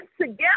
together